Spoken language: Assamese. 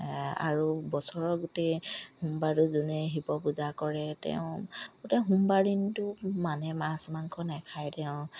আৰু বছৰৰ গোটেই সোমবাৰটো যোনে শিৱ পূজা কৰে তেওঁ গোটেই সোমবাৰ দিনটো মানে মাছ মাংস নেখায় তেওঁ